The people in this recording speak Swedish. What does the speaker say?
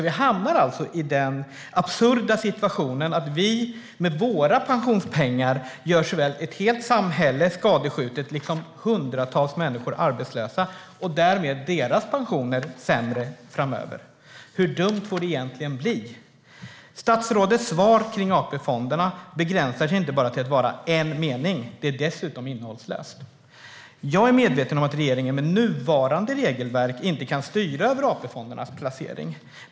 Vi hamnar alltså i den absurda situationen att vi med våra pensionspengar gör såväl ett helt samhälle skadskjutet som hundratals människor arbetslösa och därmed deras pensioner sämre framöver. Hur dumt får det egentligen bli? Statsrådets svar kring AP-fonderna begränsar sig inte bara till en mening, utan det är dessutom innehållslöst. Jag är medveten om att regeringen med nuvarande regelverk inte kan styra över AP-fondernas placering.